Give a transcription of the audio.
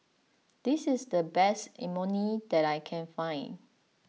this is the best Imoni that I can find